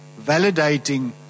validating